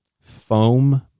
Foam